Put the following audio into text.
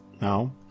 no